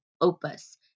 opus